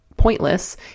pointless